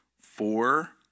four